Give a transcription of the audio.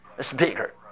speaker